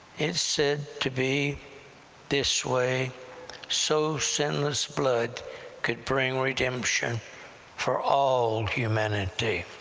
it's said to be this way so sinless blood could bring redemption for all humanity,